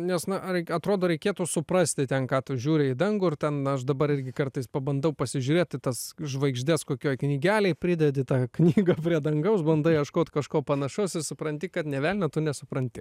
nes na ar atrodo reikėtų suprasti ten ką tu žiūri į dangų ar ten aš dabar irgi kartais pabandau pasižiūrėt į tas žvaigždes kokioj knygelėj pridedi tą knygą prie dangaus bandai ieškot kažko panašaus ir supranti kad nė velnio tu nesupranti